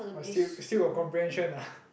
!wah! still still got comprehension ah